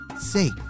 safe